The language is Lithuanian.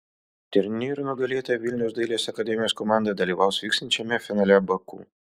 turnyro nugalėtoja vilniaus dailės akademijos komanda dalyvaus vyksiančiame finale baku